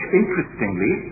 interestingly